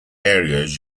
areas